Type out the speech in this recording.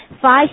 five